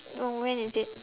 um when is it